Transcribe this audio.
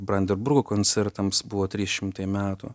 branderburgo koncertams buvo trys šimtai metų